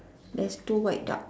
there's two white duck